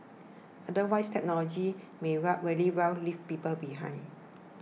otherwise technology may well very well leave people behind